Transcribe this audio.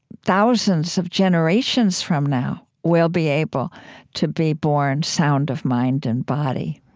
thousands of generations from now will be able to be born sound of mind and body